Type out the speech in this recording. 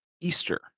Easter